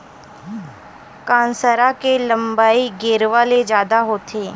कांसरा के लंबई गेरवा ले जादा होथे